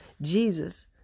Jesus